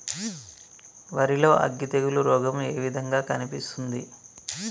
వరి లో అగ్గి తెగులు రోగం ఏ విధంగా కనిపిస్తుంది?